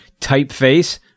typeface